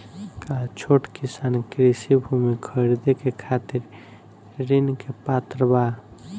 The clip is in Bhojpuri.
का छोट किसान कृषि भूमि खरीदे के खातिर ऋण के पात्र बा?